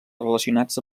relacionats